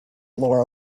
laura